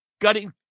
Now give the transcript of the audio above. gutting